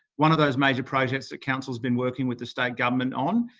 one of those major projects that council has been working with the state government on,